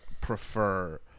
prefer